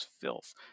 filth